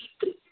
eight three